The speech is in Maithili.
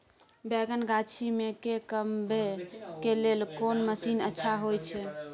बैंगन गाछी में के कमबै के लेल कोन मसीन अच्छा होय छै?